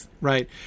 right